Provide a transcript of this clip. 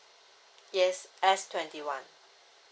yes S twenty one